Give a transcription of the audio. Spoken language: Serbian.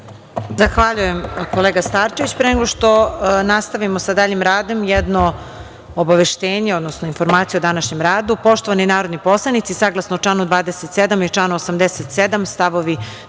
Zahvaljujem kolega Starčeviću. Pre nego što nastavimo sa daljim radom, jedno obaveštenje, odnosno informacija o današnjem radu. Poštovani narodni poslanici, saglasno čl. 27. i 87. st.